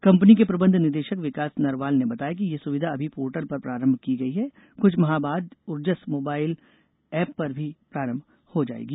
company के प्रबंध निदेशक विकास नरवाल ने बताया ये सुविधा अभी पोर्टल पर प्रारंभ की गई है कुछ माह बाद ऊर्जस मोबाइल एप पर भी प्रारंभ हो जाएगी